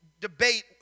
debate